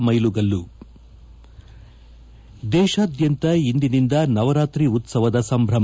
ಮ್ಯೆಲುಗಲ್ಲು ದೇಶಾದ್ಯಂತ ಇಂದಿನಿಂದ ನವರಾತ್ರಿ ಉತ್ಪವದ ಸಂಭ್ರಮ